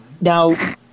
Now